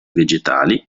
vegetali